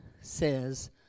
says